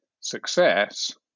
success